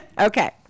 Okay